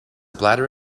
bladder